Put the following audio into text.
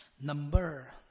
number